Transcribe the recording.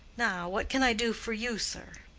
now, what can i do for you, sir?